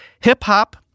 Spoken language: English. hip-hop